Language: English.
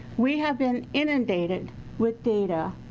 we have been inundated with data,